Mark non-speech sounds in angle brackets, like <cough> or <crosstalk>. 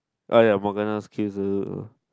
!aiya! Morgana's kills <noise>